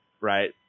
Right